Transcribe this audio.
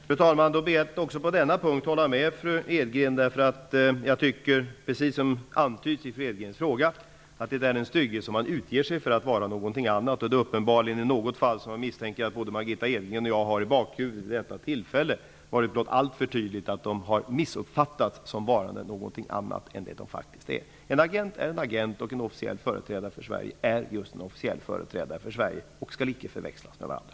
Fru talman! Jag vill också på denna punkt hålla med fru Edgren. Precis som antyds i fru Edgrens fråga anser också jag att det är en styggelse att utge sig för att vara någonting annat. Jag misstänker att det är ett visst fall som både Margitta Edgren och jag här har i bakhuvudet, ett fall där några har missuppfattats som varande någonting annat än vad de faktiskt var. En agent är en agent, och en officiell företrädare för Sverige är just en officiell företrädare för Sverige, och dessa skall icke förväxlas med varandra.